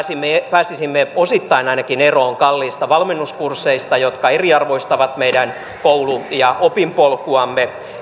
pääsisimme osittain ainakin eroon kalliista valmennuskursseista jotka eriarvoistavat meidän koulu ja opinpolkua